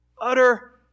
Utter